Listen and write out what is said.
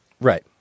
Right